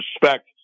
respect